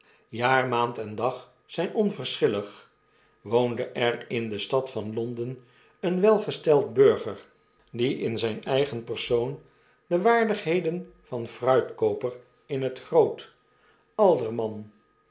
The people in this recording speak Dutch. jaar maand en dag zijn onverschillig woonde er in de stad van londen een welgesteld burger die in zijnen mi m sh mpersoon de waardigheden van fruitkooper in het groot